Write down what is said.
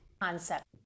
concept